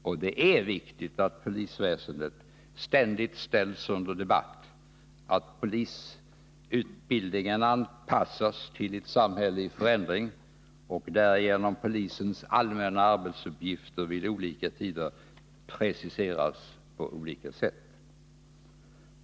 Och det är viktigt att Onsdagen den polisväsendet ständigt ställs under debatt, att polisutbildningen anpassas till 4 april 1981 ett samhälle i förändring och att därigenom polisens allmänna arbetsuppgifter vid olika tider preciseras på olika sätt.